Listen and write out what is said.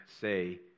say